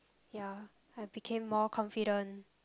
ya I became more confident